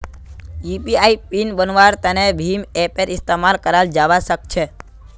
UPI pin बन्वार तने भीम ऐपेर इस्तेमाल कराल जावा सक्छे